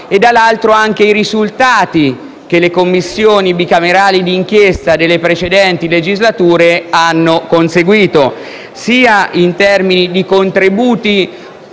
aumentati i risultati che le Commissioni bicamerali d'inchiesta delle precedenti legislature hanno conseguito; in termini di contributi